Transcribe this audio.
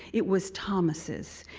it was thomas's.